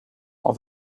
all